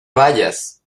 vayas